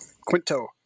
Quinto